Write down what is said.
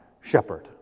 shepherd